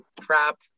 crap